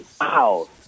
wow